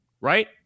Right